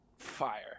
fire